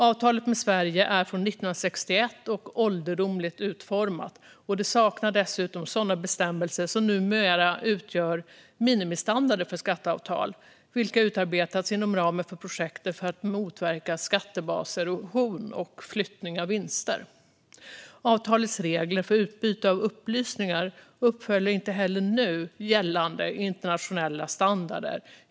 Avtalet med Sverige är från 1961 och ålderdomligt utformat, och det saknar dessutom sådana bestämmelser som numera utgör minimistandarder för skatteavtal, vilka utarbetats inom ramen för projektet för att motverka skattebaserosion och flyttning av vinster. Avtalets regler för utbyte av upplysningar uppfyller inte heller nu gällande internationella standarder.